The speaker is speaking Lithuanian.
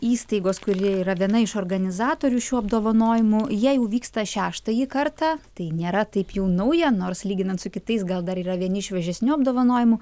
įstaigos kuri yra viena iš organizatorių šių apdovanojimų jie jau vyksta šeštąjį kartą tai nėra taip jau nauja nors lyginant su kitais gal dar yra vieni šviežesnių apdovanojimų